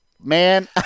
Man